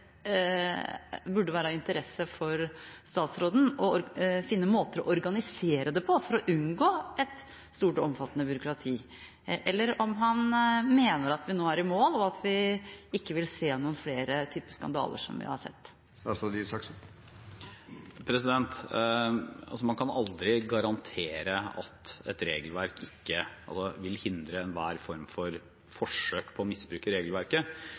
interesse for statsråden å finne måter å organisere det på for å unngå et stort og omfattende byråkrati? Eller mener han at vi nå er i mål, og at vi ikke vil se noen flere typer skandaler, som vi har sett? Man kan aldri garantere at et regelverk vil hindre enhver form for forsøk på å misbruke regelverket.